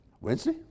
Wednesday